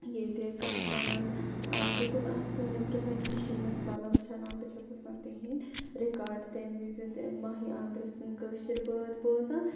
ییٚتہِ کیاہ اَتھ وَنان بہٕ کوٚنہٕ آسہٕ نیٚبرٕ کَنہِ مِشیٖن مَنٛز پَلَو چھَلان بہٕ چھَس آسان تِہِنٛدۍ رِکاڈ تمہِ وِزِ ماہی عامرٕ سٕنٛدۍ کٲشِرۍ بٲتھ بوزان